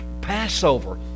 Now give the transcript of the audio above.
Passover